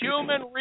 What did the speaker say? human